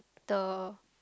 the